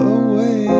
away